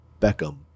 Beckham